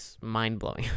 mind-blowing